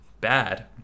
bad